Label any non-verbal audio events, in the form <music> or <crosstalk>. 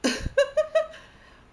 <laughs>